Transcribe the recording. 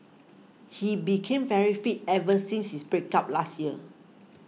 he became very fit ever since his break up last year